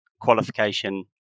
qualification